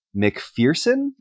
McPherson